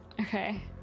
Okay